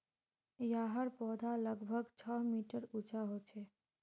याहर पौधा लगभग छः मीटर उंचा होचे